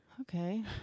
Okay